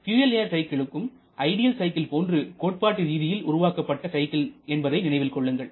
fuel air சைக்கிளும் ஐடியில் cycle போன்று கோட்பாட்டு ரீதியில் உருவாக்கப்பட்ட சைக்கிள் என்பதை நினைவில் கொள்ளுங்கள்